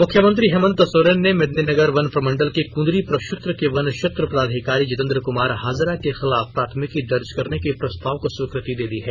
मुख्यमंत्री हेमन्त सोरेन ने मेदिनीनगर वन प्रमंडल के कुंदरी प्रक्षेत्र के वन क्षेत्र पदाधिकारी जितेंद्र क्मार हाजरा के खिलाफ प्राथमिकी दर्ज करने के प्रस्ताव को स्वीकृति दे दी है